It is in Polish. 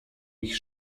ich